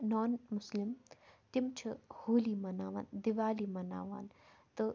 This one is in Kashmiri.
نان مُسلِم تِم چھِ ہولی مَناوان دیوالی مَناوان تہٕ